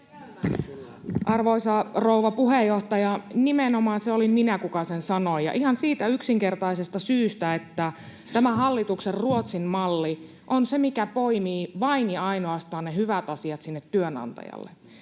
Arvoisa rouva puheenjohtaja! Nimenomaan se olin minä, kuka sen sanoi, ja ihan siitä yksinkertaisesta syystä, että tämä hallituksen Ruotsin-malli on se, mikä poimii vain ja ainoastaan ne hyvät asiat sinne työnantajalle.